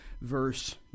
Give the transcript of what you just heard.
verse